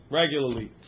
regularly